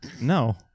No